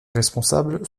responsables